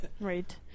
right